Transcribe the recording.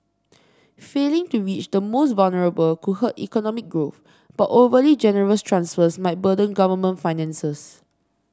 failing to reach the most vulnerable could hurt economic growth but overly generous transfers might burden government finances